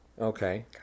Okay